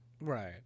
Right